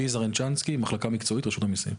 אני רואי זרנצ'נסקי, מחלקה מקצועית, רשות המיסים.